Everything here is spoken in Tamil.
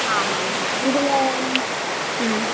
ஆமாம்ங்க இதில் ம்